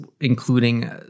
including